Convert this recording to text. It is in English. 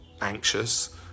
anxious